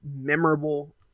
Memorable